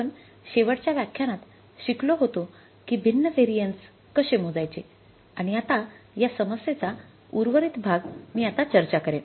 आपण शेवटच्या व्यख्यानात शिकलो होतो की भिन्न व्हेरिएन्सकसे मोजायचे आणि आता या समस्येचा उर्वरित भाग मी आता चर्चा करेन